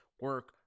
Work